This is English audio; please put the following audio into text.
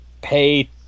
pay